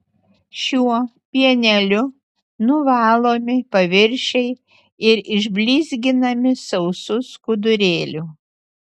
šiuo pieneliu nuvalomi paviršiai ir išblizginami sausu skudurėliu